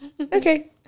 Okay